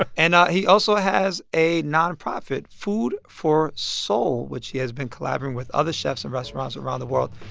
ah and he also has a nonprofit, food for soul, which he has been collaborating with other chefs and restaurants around the world.